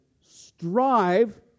Strive